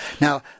Now